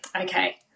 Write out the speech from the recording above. okay